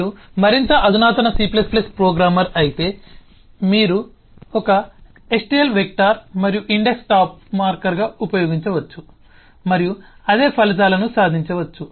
మీరు మరింత అధునాతన C ప్రోగ్రామర్ అయితే మీరు ఒక stl vector మరియు ఇండెక్స్ను టాప్ మార్కర్గా ఉపయోగించుకోవచ్చు మరియు అదే ఫలితాలను సాధించవచ్చు